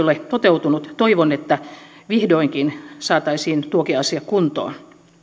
ole toteutunut toivon että vihdoinkin saataisiin nyt tuokin asia kuntoon